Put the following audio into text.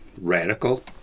radical